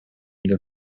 деп